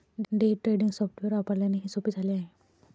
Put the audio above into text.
day trading software वापरल्याने हे सोपे झाले आहे